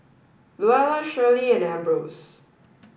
Luella Shirlie and Ambrose